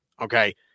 okay